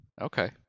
Okay